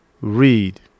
read